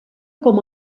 com